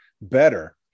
better